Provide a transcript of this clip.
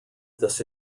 this